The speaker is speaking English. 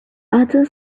other